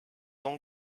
ans